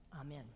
Amen